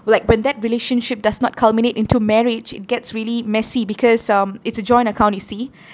like when that relationship does not culminate into marriage it gets really messy because um it's a joint account you see